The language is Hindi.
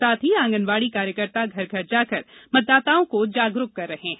साथ ही आंगनवाड़ी कार्यकर्ता घर घर जाकर मतदाताओं को जागरूक कर रहे हैं